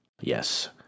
Yes